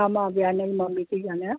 हा मां अवियान जी मम्मी थी ॻाल्हायां